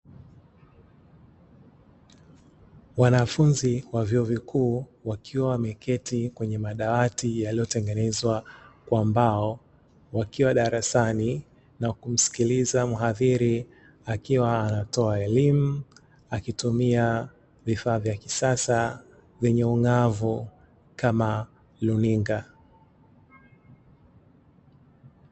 Wanafunzi wa vyuo vikuu wakiwa wameketi kwenye madawati yaliyotengenezwa kwa mbao, wakiwa darasani na kumsikiliza mhadhiri akiwa anatoa elimu, akitumia vifaa vya kisasa venye ung'aavu kama runinga.